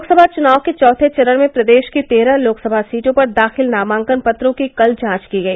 लोकसभा चुनाव के चौथे चरण में प्रदेश की तेरह लोकसभा सीटों पर दाखिल नामांकन पत्रों की कल जांच की गई